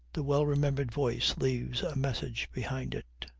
the well-remembered voice leaves a message behind it.